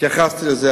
התייחסתי לזה.